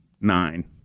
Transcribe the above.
nine